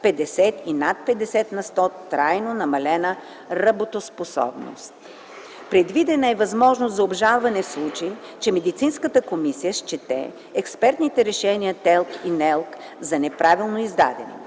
50 и над 50 на сто трайно намалена работоспособност. Предвидена е възможност за обжалване в случай, че медицинската комисия счете експертните решения на ТЕЛК и НЕЛК за неправилно издадени.